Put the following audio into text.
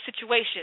situation